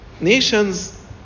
nations